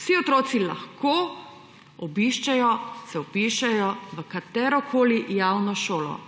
Vsi otroci lahko obiščejo, se vpišejo v katerokoli javno šolo,